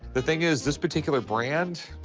the thing is, this particular brand,